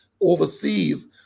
overseas